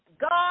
God